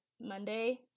Monday